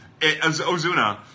Ozuna